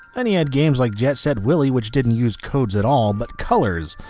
and you had games like jet set willy which didn't use codes at all but colors,